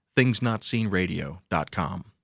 thingsnotseenradio.com